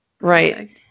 Right